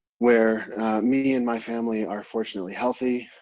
where me and my family are, fortunately, healthy.